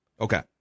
Okay